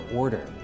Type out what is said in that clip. order